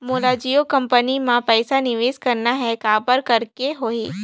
मोला जियो कंपनी मां पइसा निवेश करना हे, काबर करेके होही?